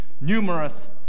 numerous